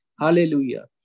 hallelujah